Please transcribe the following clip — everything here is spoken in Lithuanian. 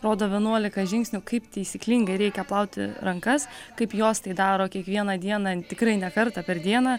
rodo vienuolika žingsnių kaip taisyklingai reikia plauti rankas kaip jos tai daro kiekvieną dieną tikrai ne kartą per dieną